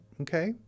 okay